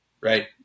right